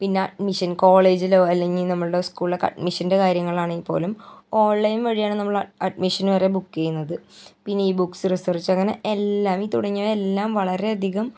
പിന്നെ അഡ്മിഷൻ കോളേജിലോ അല്ലെങ്കിൽ നമ്മളുടെ സ്കൂളിലൊക്കെ അഡ്മിഷൻ്റെ കാര്യങ്ങളാണെങ്കിപ്പോലും ഓൺലൈൻ വഴിയാണ് നമ്മൾ അഡ് അഡ്മിഷന് വരെ ബുക്ക് ചെയ്യുന്നത് പിന്നെ ഈ ബുക്സ് റിസർച്ച് അങ്ങനെ എല്ലാം ഈ തുടങ്ങിയവ എല്ലാം വളരെ അധികം